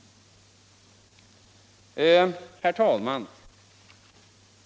Herr talman!